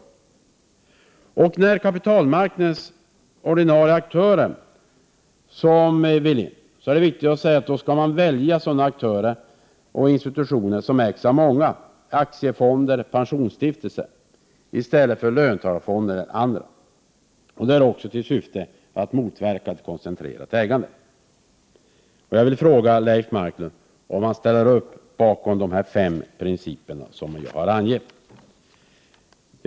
i För det femte är det viktigt, när kapitalmarknadens ordinarie aktörer vill komma in i detta sammanhang, att välja sådana aktörer och institutioner som ägs av många — aktiefonder och pensionsstiftelser i stället för löntagarfonder. Detta har också till syfte att motverka ett koncentrerat ägande. Jag vill fråga Leif Marklund om han ställer sig bakom de fem principer som jag har angett.